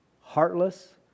heartless